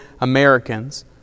Americans